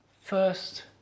First